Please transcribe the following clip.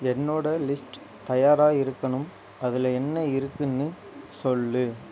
என்னோட லிஸ்ட் தயாராக இருக்கணும் அதில் என்ன இருக்குன்னு சொல்